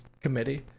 Committee